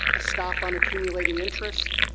a stop on accumulating interest,